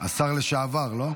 השר לשעבר, לא?